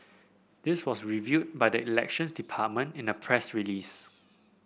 this was revealed by the Elections Department in a press release